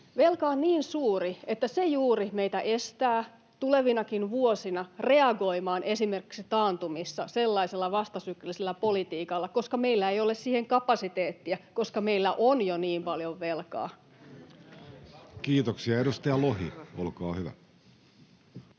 Velka on niin suuri, että se juuri estää meitä tulevinakin vuosina reagoimaan esimerkiksi taantumissa sellaisella vastasyklisellä politiikalla, koska meillä ei ole siihen kapasiteettia, koska meillä on jo niin paljon velkaa. [Speech 72] Speaker: Jussi Halla-aho